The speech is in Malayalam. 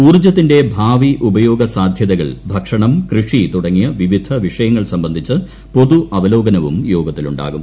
ഊർജത്തിന്റെ ഭാവി ഉപയോഗസാധ്യതകൾ ഭക്ഷണം കൃഷി തുടങ്ങി വിവിധ വിഷയങ്ങൾ സംബന്ധിച്ച പൊതു അവലോകനവും യോഗത്തിലുണ്ടാകും